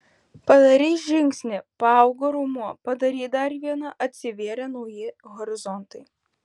padarei žingsnį paaugo raumuo padarei dar vieną atsivėrė nauji horizontai